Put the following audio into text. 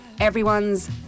everyone's